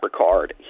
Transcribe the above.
Ricard